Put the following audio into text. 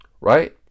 right